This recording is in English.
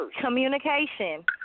communication